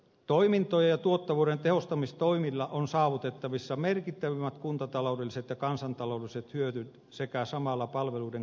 toimintojen ja tuottavuuden tehostamistoimilla on saavutettavissa merkittävimmät kuntataloudelliset ja kansantaloudelliset hyödyt sekä samalla palvelujen korkea taso